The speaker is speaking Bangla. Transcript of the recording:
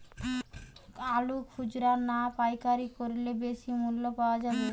আলু খুচরা না পাইকারি করলে বেশি মূল্য পাওয়া যাবে?